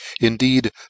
Indeed